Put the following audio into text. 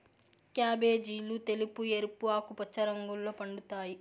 క్యాబేజీలు తెలుపు, ఎరుపు, ఆకుపచ్చ రంగుల్లో పండుతాయి